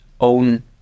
own